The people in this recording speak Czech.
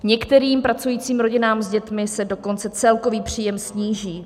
Některým pracujícím rodinám s dětmi se dokonce celkový příjem sníží.